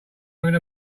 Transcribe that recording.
having